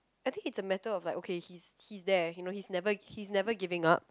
I think is a matter of like okay he's he's there you know he never he never giving up